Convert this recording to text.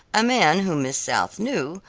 a man whom miss south knew,